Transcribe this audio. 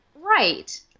Right